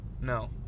No